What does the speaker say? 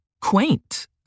quaint